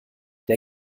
der